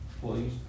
please